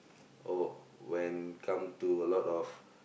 oh when come to a lot of